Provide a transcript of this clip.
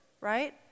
right